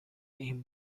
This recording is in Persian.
این